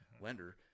lender